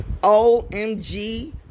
omg